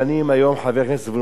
חבר הכנסת זבולון אורלב,